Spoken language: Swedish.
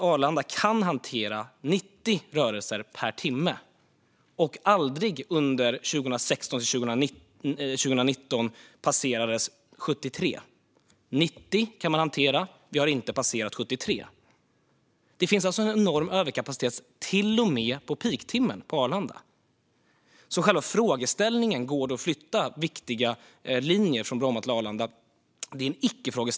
Arlanda kan hantera 90 rörelser per timme. Under 2016-2019 passerades aldrig 73 rörelser. Man kan hantera 90, men man har aldrig passerat 73. Det finns således en enorm överkapacitet på Arlanda till och med under peaktimmen. Huruvida det går att flytta viktiga linjer från Bromma till Arlanda är en icke-fråga.